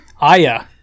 Aya